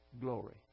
glory